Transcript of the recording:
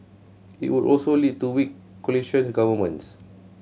it would also lead to weak coalition governments